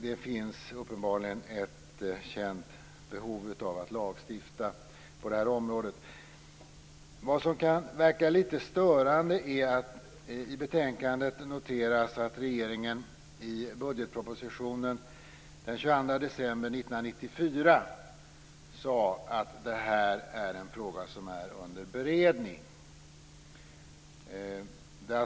Det finns uppenbarligen ett känt behov av att lagstifta på det här området. Det kan dock verka litet störande att det i betänkandet noteras att regeringen i budgetpropositionen den 22 december 1994 sade att detta är en fråga som är under beredning.